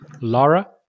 Laura